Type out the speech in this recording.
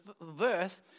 verse